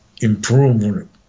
improvement